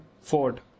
Ford